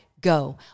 go